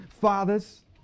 fathers